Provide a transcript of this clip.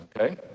okay